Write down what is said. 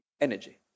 energy